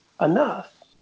enough